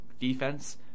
defense